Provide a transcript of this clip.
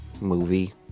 movie